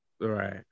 right